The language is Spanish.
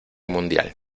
mundial